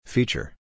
Feature